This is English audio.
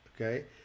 Okay